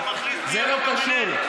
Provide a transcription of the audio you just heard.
זה לא קשור.